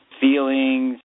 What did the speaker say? feelings